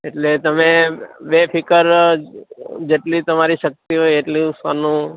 એટલે તમે બેફિકર જેટલી તમારી શક્તિ હોય એટલુ સોનું